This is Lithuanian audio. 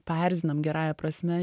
paerzinam gerąja prasme